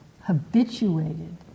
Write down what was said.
habituated